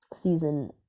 season